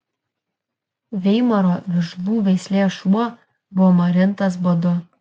veimaro vižlų veislės šuo buvo marintas badu